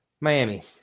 Miami